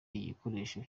igikoresho